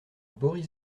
boris